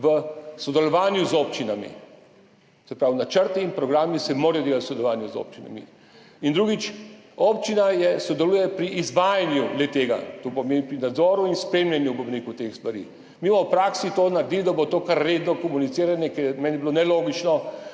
v sodelovanju z občinami. Se pravi, načrti in programi se morajo delati v sodelovanju z občinami. In drugič: občina sodeluje pri izvajanju le-tega, to pomeni pri nadzoru in spremljanju teh stvari. Mi bomo v praksi to naredili, da bo to kar redno komuniciranje, ker meni je bilo nelogično,